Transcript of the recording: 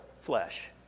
flesh